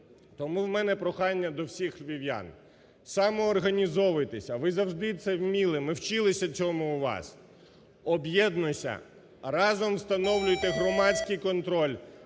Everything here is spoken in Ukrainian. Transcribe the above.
Тому у мене прохання до всіх львів'ян, самоорганізовуйтеся, ви завжди це вміли, ми вчилися цьому у вас. Об'єднуйтеся, разом встановлюйте громадський контроль